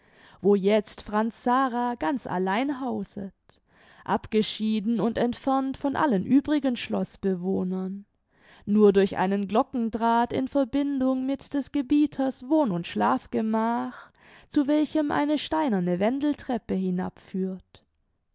wo jetzt franz sara ganz allein hauset abgeschieden und entfernt von allen übrigen schloßbewohnern nur durch einen glockendraht in verbindung mit des gebieters wohn und schlafgemach zu welchem eine steinerne wendeltreppe